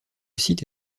site